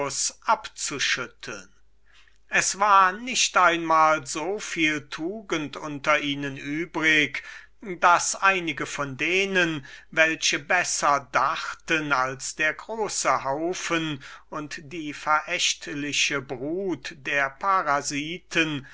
abzuschütteln es war nicht einmal soviel tugend unter ihnen übrig daß einige von denen welche besser dachten als der große haufen und die verächtliche brut der parasiten